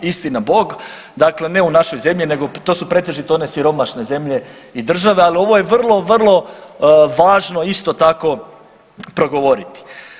Istinabog dakle ne u našoj zemlji nego to su pretežito one siromašne zemlje i države, ali ovo je vrlo, vrlo važno isto tako progovoriti.